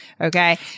Okay